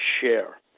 share